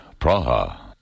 Praha